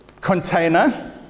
container